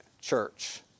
church